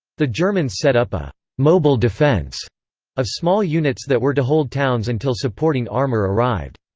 the germans set up a mobile defense of small units that were to hold towns until supporting armor arrived.